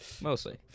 Mostly